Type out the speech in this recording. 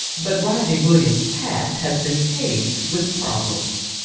but rodney williams' past has been paved with problems.